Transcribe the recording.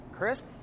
crisp